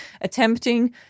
attempting